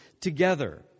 together